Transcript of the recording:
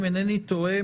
אם אינני טועה,